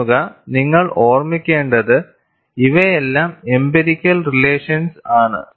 കാണുക നിങ്ങൾ ഓർമ്മിക്കേണ്ടതാണ് ഇവയെല്ലാം എംപിരിക്കൽ റിലേഷൻസ് ആണ്